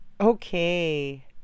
Okay